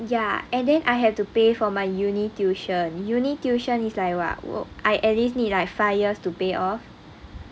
ya and then I have to pay for my uni tuition uni tuition is like what what I at least need i five years to pay off